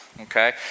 okay